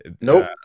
Nope